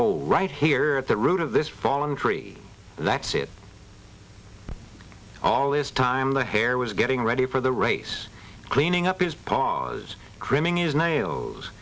l right here at the root of this fallen tree that's it all this time the hare was getting ready for the race cleaning up his paws criminy his nails